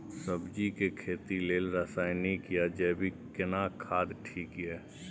सब्जी के खेती लेल रसायनिक या जैविक केना खाद ठीक ये?